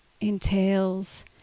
entails